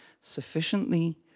sufficiently